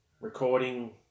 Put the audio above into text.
recording